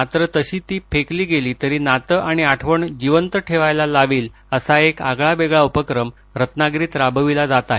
मात्र तशी ती फेकली गेली तरी नातं आणि आठवण जिवंत ठेवायला लावेल असा एक आगळावेगळा उपक्रम रत्नागिरीत राबवला जात आहे